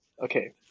Okay